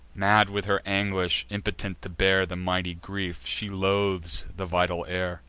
mad with her anguish, impotent to bear the mighty grief, she loathes the vital air.